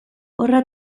horra